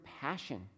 passion